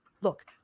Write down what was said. look